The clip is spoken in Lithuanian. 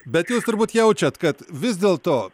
bet jūs turbūt jaučiat kad vis dėl to